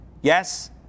Yes